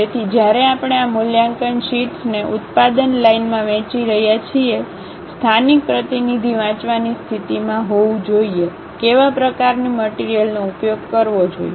તેથી જ્યારે આપણે આ મૂલ્યાંકન શીટ્સને ઉત્પાદન લાઇનમાં વહેંચી રહ્યા છીએ સ્થાનિક પ્રતિનિધિ વાંચવાની સ્થિતિમાં હોવું જોઈએ કેવા પ્રકારની મટીરીયલનો ઉપયોગ કરવો જોઈએ